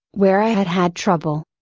where i had had trouble.